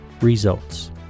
results